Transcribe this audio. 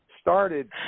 started